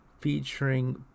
featuring